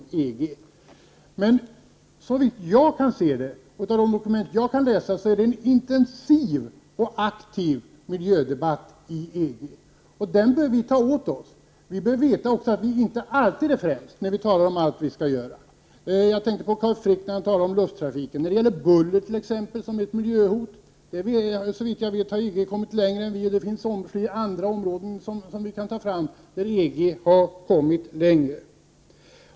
Men såvitt jag Prot. 1988/89:118 kan se av de dokument jag läst pågår det en intensiv och aktiv miljödebatt i 22 maj 1989 EG. Den bör vi ta till oss. Vi bör också veta att vi inte alltid är bäst när vi talar om allt vi skall göra. Jag tänker t.ex. på vad Carl Frick sade om lufttrafiken. Bullret är också miljöhot, och där har EG, såvitt jag vet, kommit längre än vi. Vi kan också ta fram andra områden, där EG har kommit längre.